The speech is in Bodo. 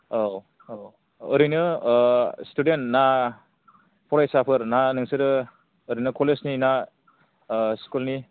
औ औ ओरैनो स्टुडेन्ट ना फरायसाफोर ना नोंसोरो ओरैनो कलेज नि ना स्कुल नि